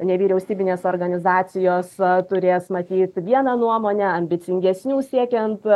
nevyriausybinės organizacijos turės matyt vieną nuomonę ambicingesnių siekiant